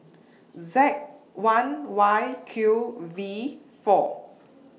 Z one Y Q V four